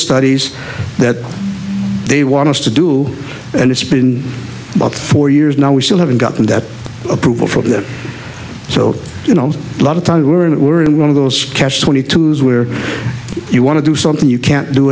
studies that they want to do and it's been about four years now we still haven't gotten that approval for that so you know a lot of times weren't we were in one of those catch twenty two where you want to do something you can't do